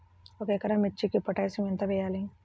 ఒక ఎకరా మిర్చీకి పొటాషియం ఎంత వెయ్యాలి?